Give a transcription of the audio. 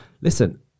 listen